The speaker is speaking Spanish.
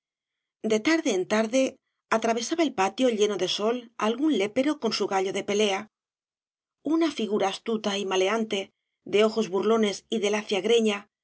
de tarde en tarde atravesaba el patio lleno de sol algún lépero con su gallo de pelea una figura astuta y maleante de ojos burlones y de lacia greña